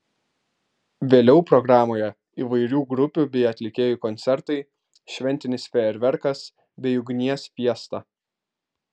vėliau programoje įvairių grupių bei atlikėjų koncertai šventinis fejerverkas bei ugnies fiesta